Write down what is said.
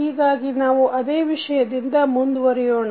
ಹೀಗಾಗಿ ನಾವು ಅದೇ ವಿಷಯದಿಂದ ಮುಂದುವರಿಯೋಣ